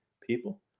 people